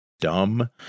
dumb